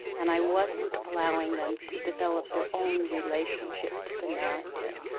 and i wasn't allowing them to develop their own relationship to the narrative.